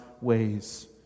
ways